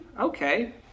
Okay